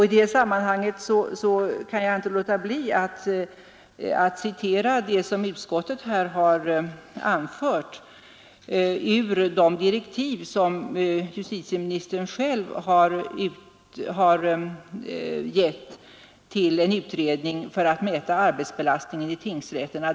I det sammanhanget kan jag inte låta bli att citera vad utskottet har anfört ur de direktiv som justitieministern har gett till den utredning som skall mäta arbetsbelastningen i tingsrätterna.